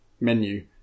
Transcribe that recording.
menu